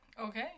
Okay